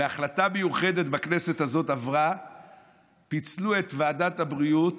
בהחלטה מיוחדת שעברה בכנסת הזאת פיצלו את ועדת הבריאות